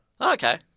Okay